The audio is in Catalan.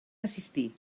assistir